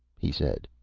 he said,